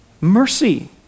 mercy